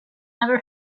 never